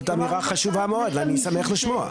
זאת אמירה חשובה מאוד, אני שמח לשמוע.